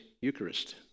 Eucharist